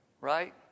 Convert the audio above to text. right